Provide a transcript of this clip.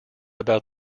about